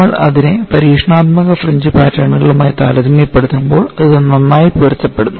നമ്മൾ അതിനെ പരീക്ഷണാത്മക ഫ്രിഞ്ച് പാറ്റേണുകളുമായി താരതമ്യപ്പെടുത്തുമ്പോൾ അത് നന്നായി പൊരുത്തപ്പെടുന്നു